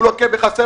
הוא לוקה בחסר,